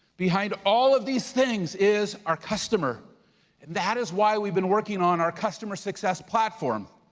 behind all of these things is our customer. and that is why we've been working on our customer success platform.